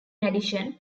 addition